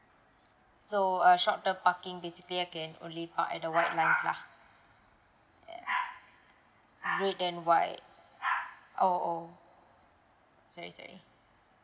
so uh short term parking basically I can only park at the white line lah yeah red and white oh oh sorry sorry